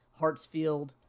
Hartsfield